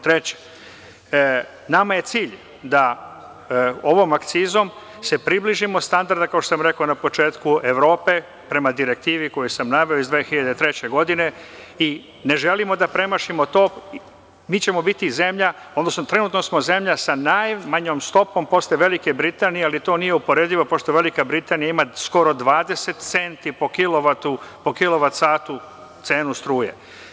Treće, nama je cilj da ovom akcizom se približimo standardima, kao što sam rekao na početku, Evrope prema direktivi koju sam naveo iz 2003. godine i ne želimo da premašimo to, mi ćemo biti zemlja, odnosno trenutno smo zemlja sa najmanjom stopom posle Velike Britanije, ali to nije uporedivo pošto Velika Britanija ima skoro 20 centi po kilovat satu cenu struje.